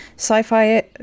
Sci-fi